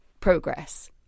progress